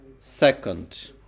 Second